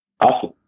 Awesome